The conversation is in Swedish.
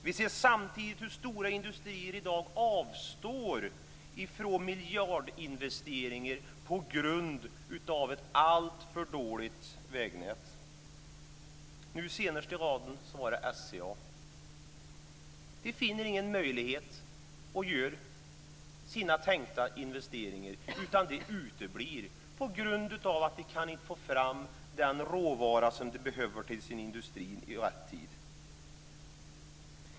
Vi ser samtidigt hur stora industrier i dag avstår från miljardinvesteringar på grund av ett alltför dåligt vägnät. Nu senast i raden var det SCA. De finner ingen möjlighet att göra tänkta investeringar, utan dessa uteblir på grund av SCA inte kan få fram råvaran som behövs till industrin i rätt tid.